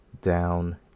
down